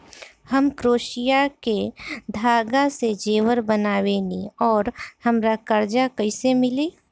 हम क्रोशिया के धागा से जेवर बनावेनी और हमरा कर्जा कइसे मिली?